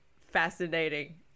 fascinating